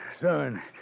Son